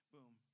Boom